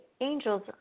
angels